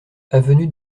avenue